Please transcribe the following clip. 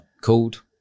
called